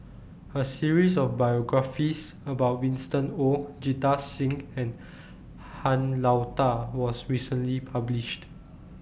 A series of biographies about Winston Oh Jita Singh and Han Lao DA was recently published